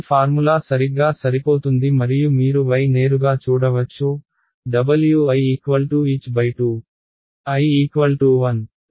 ఈ ఫార్ములా సరిగ్గా సరిపోతుంది మరియు మీరు Wi నేరుగా చూడవచ్చు Wi h2 i123